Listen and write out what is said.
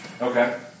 Okay